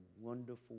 wonderful